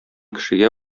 кешегә